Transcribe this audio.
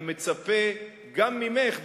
אני מצפה גם ממך,